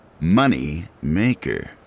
Moneymaker